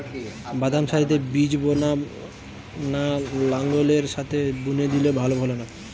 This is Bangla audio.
বাদাম সারিতে বীজ বোনা না লাঙ্গলের সাথে বুনে দিলে ভালো ফলন হয়?